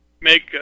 make